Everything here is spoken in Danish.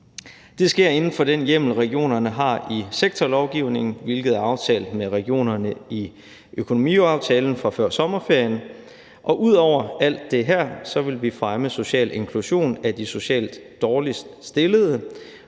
Det sker inden for den hjemmel, regionerne har i sektorlovgivningen, hvilket er aftalt med regionerne i økonomiaftalen fra før sommerferien. Ud over alt det her vil vi fremme social inklusion af de socialt dårligst stillede,